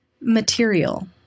Material